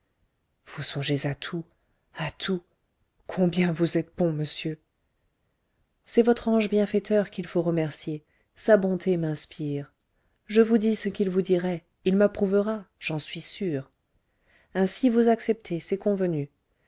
vous songez à tout à tout combien vous êtes bon monsieur c'est votre ange bienfaiteur qu'il faut remercier sa bonté m'inspire je vous dis ce qu'il vous dirait il m'approuvera j'en suis sûr ainsi vous acceptez c'est convenu